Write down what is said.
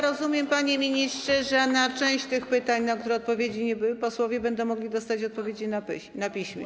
Rozumiem, panie ministrze, że na część tych pytań, na które odpowiedzi nie było, posłowie będą mogli dostać odpowiedzi na piśmie.